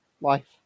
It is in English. life